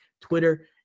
Twitter